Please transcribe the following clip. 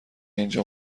اینجا